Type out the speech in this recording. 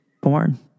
born